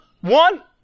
one